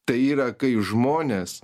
tai yra kai žmonės